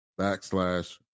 backslash